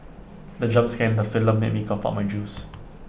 the jump scare in the film made me cough out my juice